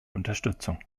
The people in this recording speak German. unterstützung